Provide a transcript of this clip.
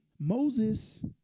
Moses